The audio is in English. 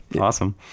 awesome